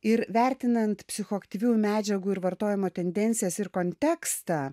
ir vertinant psichoaktyviųjų medžiagų ir vartojimo tendencijas ir kontekstą